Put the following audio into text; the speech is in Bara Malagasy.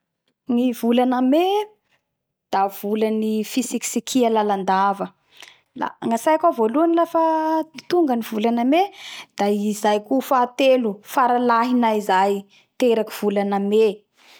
Ny volana Mai da vola ny fitsikitsikia lalandava la gnatsaiko ao voalohany lafa tonga ny volana mai da i zaiko fahatelo faralahinay zay teraky volana mai